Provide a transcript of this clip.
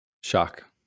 Shock